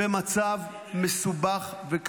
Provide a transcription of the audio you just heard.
שבא ואומר,